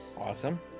Awesome